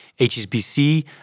HSBC